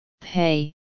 pay